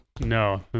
No